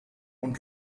und